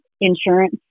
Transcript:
insurance